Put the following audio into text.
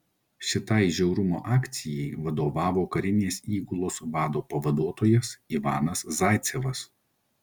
šitai žiaurumo akcijai vadovavo karinės įgulos vado pavaduotojas ivanas zaicevas